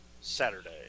Saturday